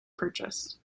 purchased